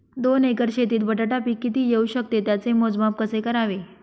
दोन एकर शेतीत बटाटा पीक किती येवू शकते? त्याचे मोजमाप कसे करावे?